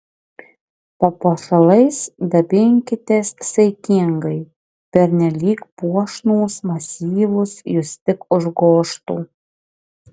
papuošalais dabinkitės saikingai pernelyg puošnūs masyvūs jus tik užgožtų